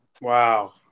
Wow